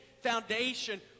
foundation